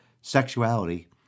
Sexuality